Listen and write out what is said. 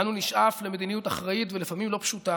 אנו נשאף למדיניות אחראית, ולפעמים לא פשוטה,